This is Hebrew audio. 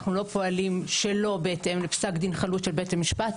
אנחנו לא פועלים שלא בהתאם לפסק דין חלוט של בית המשפט,